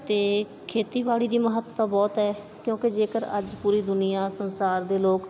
ਅਤੇ ਖੇਤੀਬਾੜੀ ਦੀ ਮਹੱਤਤਾ ਬਹੁਤ ਹੈ ਕਿਉਂਕਿ ਜੇਕਰ ਅੱਜ ਪੂਰੀ ਦੁਨੀਆ ਸੰਸਾਰ ਦੇ ਲੋਕ